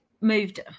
moved